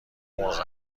مرغ